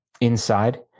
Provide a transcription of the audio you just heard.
inside